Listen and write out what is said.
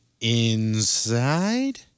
inside